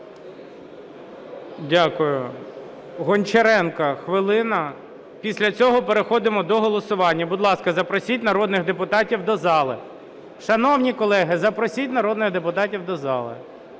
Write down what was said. Дякую. Гончаренко – хвилина. Після цього переходимо до голосування. Будь ласка, запросіть народних депутатів до зали. Шановні колеги, запросіть народних депутатів до зали.